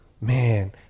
man